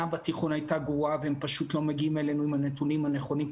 בתיכון הייתה גרועה והם פשוט לא מגיעים אלינו עם הנתונים הנכונים,